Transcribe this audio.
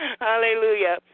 Hallelujah